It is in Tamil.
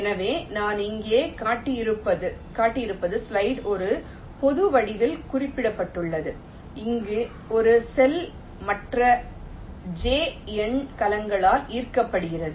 எனவே நான் இங்கே காட்டியிருப்பது ஸ்லைடில் ஒரு பொது வடிவத்தில் குறிப்பிடப்பட்டுள்ளது அங்கு ஒரு செல் மற்ற j எண் கலங்களால் ஈர்க்கப்படுகிறது